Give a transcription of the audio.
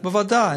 עבודה.